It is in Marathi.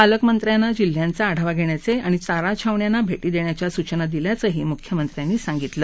पालकमंत्र्यांना जिल्ह्याचा आढावा घेण्याचे आणि चाराछावण्यांना भेटी देण्याच्या सूचना दिल्या असल्याचं मुख्यमंत्र्यांनी सांगितलं